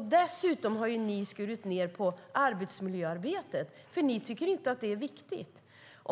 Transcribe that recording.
Dessutom har ni skurit ned på arbetsmiljöarbetet eftersom ni inte tycker att det är viktigt.